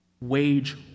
Wage